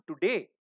today